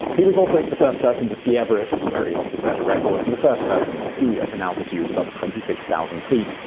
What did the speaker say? he was also the first person to ski everest, where he also set a record for first person to ski at an altitude above twenty six thousand feet.